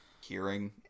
hearing